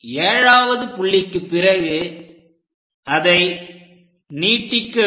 7வது புள்ளிக்கு பிறகு அதை நீட்டிக்க வேண்டும்